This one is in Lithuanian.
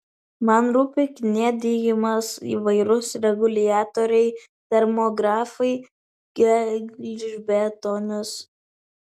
man rūpi kniedijimas įvairūs reguliatoriai termografai gelžbetonis